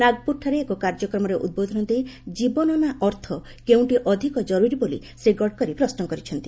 ନାଗପୁରଠାରେ ଏକ କାର୍ଯ୍ୟକ୍ରମରେ ଉଦ୍ବୋଧନ ଦେଇ ଜୀବନ ନା ଅର୍ଥ କେଉଁଟି ଅଧିକ ଜରୁରୀ ବୋଲି ଶ୍ରୀ ଗଡ଼କରୀ ପ୍ରଶ୍ମ କରିଛନ୍ତି